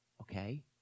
okay